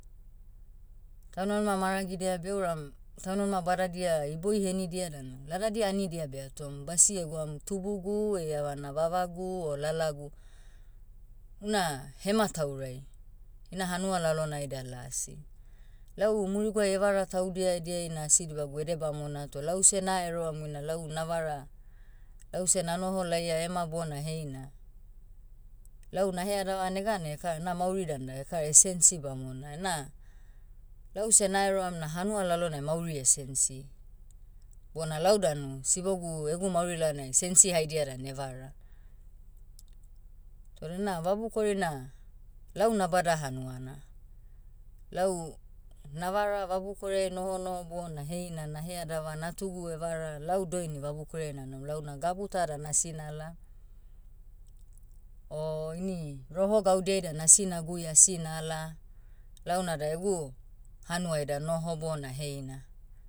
Taunmanima maragidia beuram, taunmanima badadia iboi henidia danu ladadia anidia behatom. Basi egwaum tubugu eievana vavagu o lalagu, una hemataurai. Ina hanua lalonai da lasi. Lau muriguai evara taudia ediai na asi dibagu ede bamona toh lause naeroamu ina lau navara, lause nanoho laia ema bona heina, lau naheadava neganai ekara na mauri dan da ekara esensi bamona ena. Lause naeroam na hanua lalonai mauri esensi. Bona lau danu, sibogu egu mauri lalonai sensi haidia dan evara. Toda na vabukori na, lau nabada hanuana. Lau, navara vabukoriai noho noho bona heina naheadava natugu evara lau doini vabukoriai nanom. Launa gabuta dan asi nala, o ini, roho gaudiai dan asina gui asi nala. Lau nada egu, hanuai da noho bona heina.